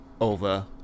over